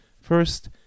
First